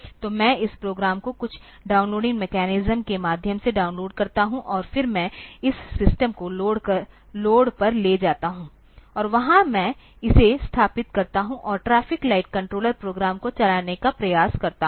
तो मैं इस प्रोग्राम को कुछ डाउनलोडिंग मैकेनिज्म के माध्यम से डाउनलोड करता हूं और फिर मैं इस सिस्टम को लोड पर ले जाता हूं और वहां मैं इसे स्थापित करता हूं और ट्रैफिक लाइट कंट्रोलर प्रोग्राम को चलाने का प्रयास करता हूं